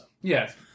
Yes